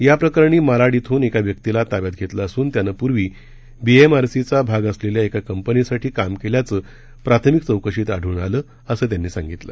या प्रकरणी मालाड येथून एका व्यक्तीला ताब्यात घेतलं असून त्यानं पूर्वी बीएमआरसीचा भाग असलेल्या एका कंपनीसाठी काम केल्याचं प्राथमिक चौकशीत आढळून आलं असं त्यांनी सांगितलं